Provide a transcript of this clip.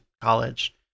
College